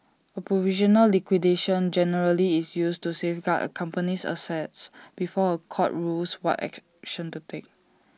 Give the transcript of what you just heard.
A provisional liquidation generally is used to safeguard A company's assets before A court rules what action to take